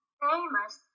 famous